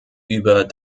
über